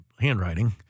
handwriting